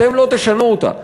אתם לא תשנו אותה.